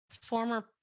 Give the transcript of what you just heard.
former